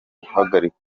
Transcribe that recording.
guhagarika